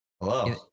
Hello